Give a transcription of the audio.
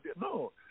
No